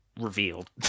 revealed